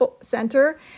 center